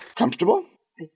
comfortable